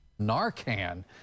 Narcan